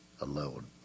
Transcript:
alone